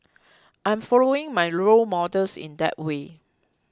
I am following my role models in that way